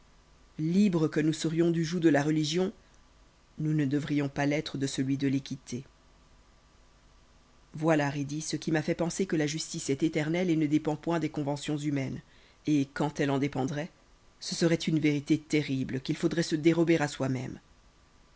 libres que nous serions du joug de la religion nous ne devrions pas l'être de celui de l'équité voilà rhédi ce qui m'a fait penser que la justice est éternelle et ne dépend point des conventions humaines et quand elle en dépendroit ce seroit une vérité terrible qu'il faudroit se dérober à soi-même